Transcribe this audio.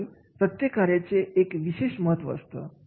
आणि प्रत्येक कार्याचे एक विशेष महत्त्व असतं